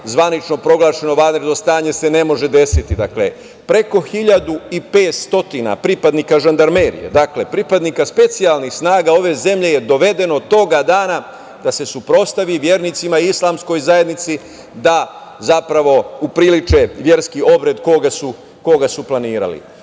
zvanično proglašeno vanredno stanje, se ne može desiti, dakle, preko 1.500 pripadnika Žandarmerije, dakle, pripadnika specijalnih snaga ove zemlje je dovedeno toga dana se suprotstavi vernicima i islamskoj zajednici da zapravo upriliče verski obred koji su planirali.